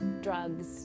drugs